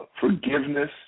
forgiveness